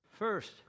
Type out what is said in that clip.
First